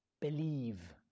believe